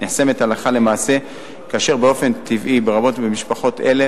נחסמת הלכה למעשה כאשר באופן טבעי ברבות ממשפחות אלו